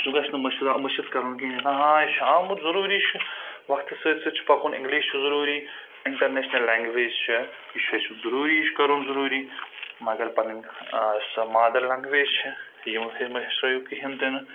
سُہ گژھِ نہٕ مٔشِرا مٔشِد کَرُن کِہیٖنۍ یَتھ ہاں یہِ چھُ آمُت ضروٗری چھُ وقتَس سۭتۍ سۭتۍ چھُ پَکُن اِنگلِش چھُ ضروٗری اِنٹَرنیشنَل لینٛگویج چھِ یہِ چھُ اَسہِ ضروٗری یہِ چھُ کَرُن ضٔروٗری مگر پَنٕنۍ سۄ مادَر لنٛگویج چھِ یِم کِہیٖنۍ تہِ نہٕ